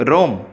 Rome